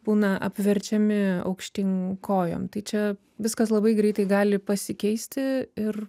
būna apverčiami aukštyn kojom tai čia viskas labai greitai gali pasikeisti ir